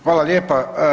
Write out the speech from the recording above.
Hvala lijepa.